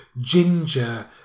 ginger